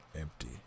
empty